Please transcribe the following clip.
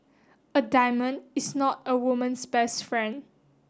a diamond is not a woman's best friend